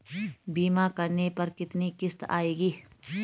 बीमा करने पर कितनी किश्त आएगी?